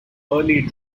early